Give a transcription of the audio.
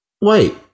wait